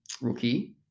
rookie